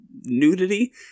nudity